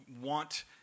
want